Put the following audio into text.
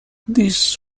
this